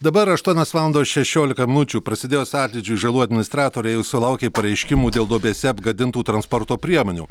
dabar aštuonios valandos šešiolika minučių prasidėjus atlydžiui žalų administratoriai sulaukė pareiškimų dėl duobėse apgadintų transporto priemonių